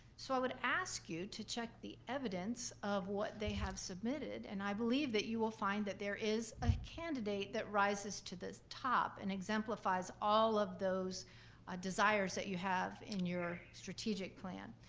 so i would ask you to check the evidence of what they have submitted and i believe that you will find that there is a candidate that rises to the top and exemplifies all of those ah desires that you have in your strategic plan.